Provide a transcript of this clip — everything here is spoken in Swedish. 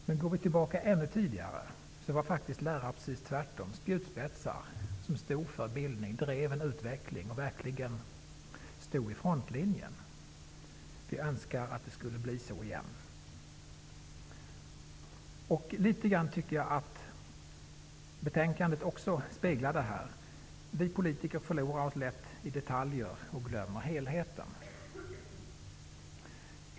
Ännu längre tillbaka var lärarna tvärtom spjutspetsar som stod för bildning, drev utvecklingen och verkligen stod i frontlinjen. Vi önskar att det skulle bli så igen. Jag tycker att betänkandet också litet grand speglar att vi politiker lätt förlorar oss i detaljer och glömmer helheten.